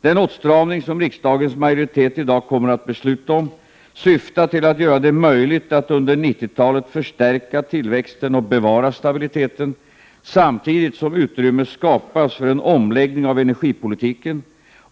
Den åtstramning som riksdagens majoritet i dag kommer att besluta om syftar till att göra det möjligt att under 90-talet förstärka tillväxten och bevara stabiliteten, samtidigt som utrymme skapas för en omläggning av energipolitiken